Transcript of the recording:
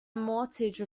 mortgage